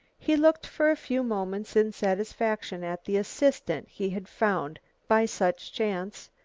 he looked for a few moments in satisfaction at the assistant he had found by such chance,